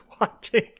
watching